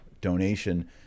donation